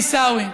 עיסאווי,